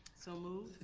so moved.